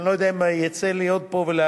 אני לא יודע אם יצא לי להיות פה ולהגיד